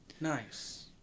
Nice